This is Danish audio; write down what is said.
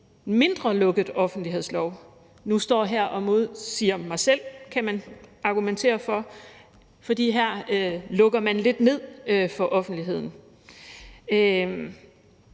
mindre lukket offentlighedslov, nu står her og modsiger mig selv, kan man argumentere for, fordi her lukker man lidt ned for offentligheden,